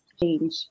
change